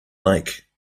lake